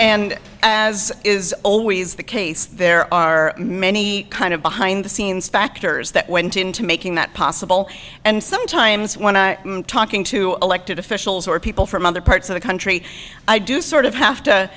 and as is always the case there are many kind of behind the scenes factors that went into making that possible and sometimes when i am talking to elected officials or people from other parts of the country i do sort of have to